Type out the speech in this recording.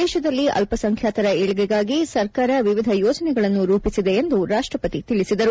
ದೇಶದಲ್ಲಿ ಅಲ್ಪ ಸಂಖ್ಯಾತರ ಏಳ್ಗೆಗಾಗಿ ಸರ್ಕಾರ ವಿವಿಧ ಯೋಜನೆಗಳನ್ನು ರೂಪಿಸಿದೆ ಎಂದು ರಾಷ್ಟಪತಿ ತಿಳಿಸಿದರು